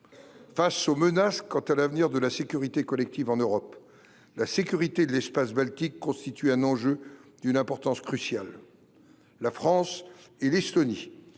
Face aux menaces sur l’avenir de la sécurité collective en Europe, la sécurité de l’espace baltique constitue un enjeu d’une importance cruciale. La France et l’Estonie,